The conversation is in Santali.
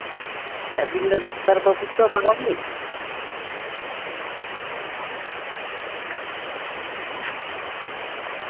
ᱟᱹᱵᱤᱱ ᱫᱚ ᱰᱟᱠᱛᱟᱨ ᱵᱟᱵᱩ ᱛᱚ ᱢᱟᱨᱟᱝᱤᱡ